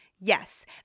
Yes